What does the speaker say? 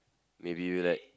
maybe you like